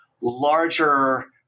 larger